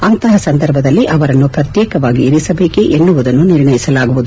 ಅಂತಹ ಸಂದರ್ಭದಲ್ಲಿ ಅವರನ್ನು ಪ್ರತ್ಯೇಕವಾಗಿ ಇರಿಸಬೇಕೇ ಎನ್ನುವುದನ್ನು ನಿರ್ಣಯಿಸಲಾಗುವುದು